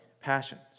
passions